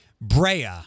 Brea